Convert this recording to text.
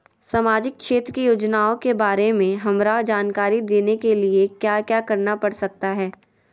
सामाजिक क्षेत्र की योजनाओं के बारे में हमरा जानकारी देने के लिए क्या क्या करना पड़ सकता है?